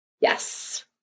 Yes